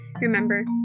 Remember